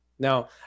Now